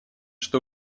что